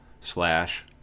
slash